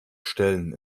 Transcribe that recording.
stellen